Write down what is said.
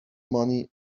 money